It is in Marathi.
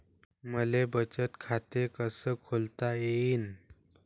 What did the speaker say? मले बचत खाते कसं खोलता येईन?